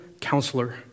counselor